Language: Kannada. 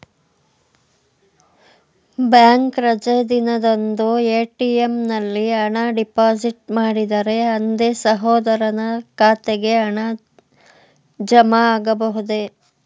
ಬ್ಯಾಂಕ್ ರಜೆ ದಿನದಂದು ಎ.ಟಿ.ಎಂ ನಲ್ಲಿ ಹಣ ಡಿಪಾಸಿಟ್ ಮಾಡಿದರೆ ಅಂದೇ ಸಹೋದರನ ಖಾತೆಗೆ ಹಣ ಜಮಾ ಆಗಬಹುದೇ?